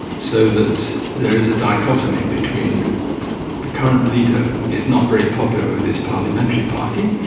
so that there is a dichotomy between the current leader is not very popular with his parliamentary party.